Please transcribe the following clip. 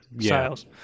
sales